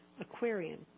Aquarian